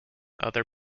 other